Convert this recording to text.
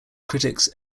critics